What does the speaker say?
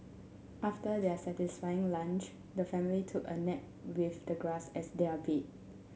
after their satisfying lunch the family took a nap with the grass as their bed